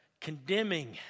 condemning